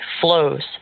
flows